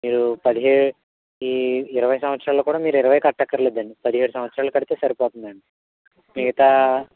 మీరు పదిహేను ఈ ఇరవై సంవత్సరాల్లో కూడా మీరు ఇరవై కట్టక్కర్లేదండి పదిహేడు సంవత్సరాలు కడితే సరిపోతుందండి మిగతా